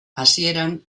hasieran